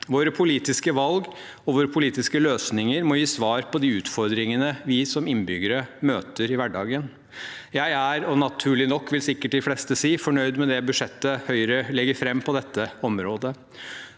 våre politiske løsninger må gi svar på de utfordringene vi som innbyggere møter i hverdagen. Jeg er – naturlig nok, vil sikkert de fleste si – fornøyd med det budsjettet Høyre legger fram på dette området.